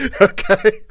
Okay